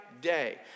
day